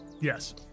Yes